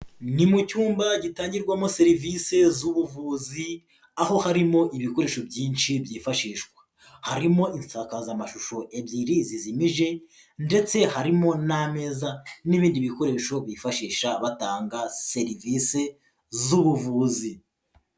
Ni mu cyumba gitangirwamo serivisi z'ubuvuzi aho harimo ibikoresho byinshi byifashishwa. Harimo insakazamashusho ebyiri zizimije ndetse harimo n'ameza n'ibindi bikoresho bifashisha batanga serivisi z'ubuvuzi.